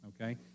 okay